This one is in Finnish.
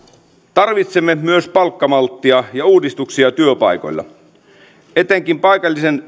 tarvitsemme myös palkkamalttia ja uudistuksia työpaikoilla etenkin paikallisen